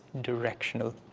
directional